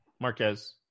marquez